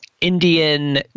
Indian